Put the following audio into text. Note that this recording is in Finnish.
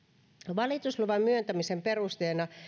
valitusluvan myöntämisen perusteena